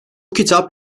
kitap